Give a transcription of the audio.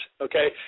okay